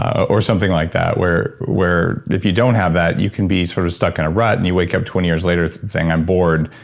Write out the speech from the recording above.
or something like that, where where if you don't have that you can be sort of stuck in a rut, and you wake up twenty years later saying, i'm bored.